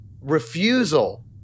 refusal